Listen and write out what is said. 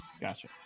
Gotcha